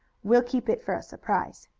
we'll keep it for a surprise.